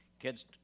kids